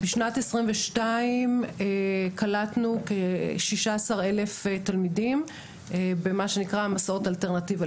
בשנת 2022 קלטנו כ-16 אלף תלמידים במה שנקרא מסעות אלטרנטיבה